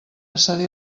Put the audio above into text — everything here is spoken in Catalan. cedir